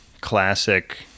classic